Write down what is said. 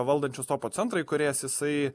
valdančios topo centro įkūrėjas jisai